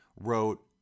wrote